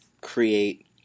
create